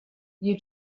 you